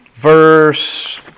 verse